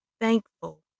thankful